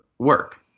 work